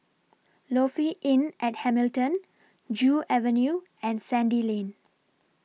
Lofi Inn At Hamilton Joo Avenue and Sandy Lane